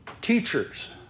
teachers